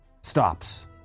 stops